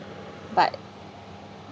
but